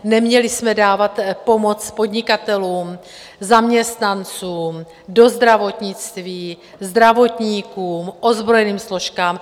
Neměli jsme dávat pomoc podnikatelům, zaměstnancům, do zdravotnictví, zdravotníkům, ozbrojeným složkám?